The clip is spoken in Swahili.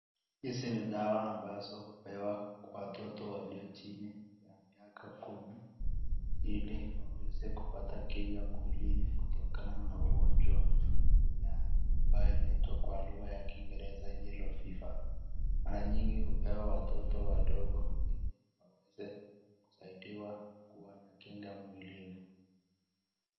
Hizi ni dawa ambazo hupewa watoto walio chini ya miaka kumi ili waweze kupata kinga mwilini kutokana na ugonjwa ambayo inaitwa kwa lugha ya kiingereza yellow fiver mara nyingi hupewa watoto wadogo ili waweze kusaidiwa kuwa na kinga mwilini.